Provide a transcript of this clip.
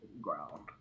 ground